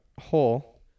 hole